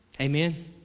Amen